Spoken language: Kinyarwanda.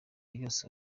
yose